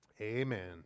Amen